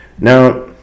Now